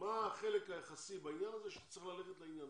מה החלק היחסי בעניין הזה שצריך ללכת לעניין